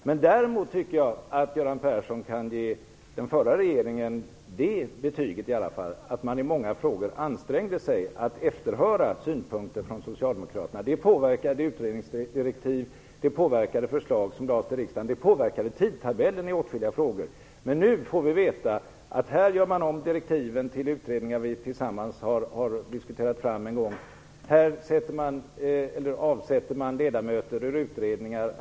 Jag tycker däremot att Göran Persson kan ge den förra regeringen det betyget att man i många frågor ansträngde sig för att efterhöra synpunkter från Socialdemokraterna. Det påverkade utredningsdirektiv, förslag som lades fram för riksdagen och tidtabellen i åtskilliga frågor. Nu får vi veta att man gör om direktiven till utredningar som vi tillsammans diskuterade fram en gång. Här avsätter man ledamöter i utredningar.